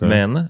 Men